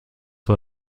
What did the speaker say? war